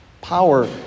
Power